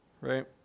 Right